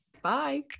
Bye